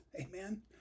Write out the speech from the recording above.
Amen